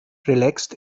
relaxt